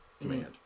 command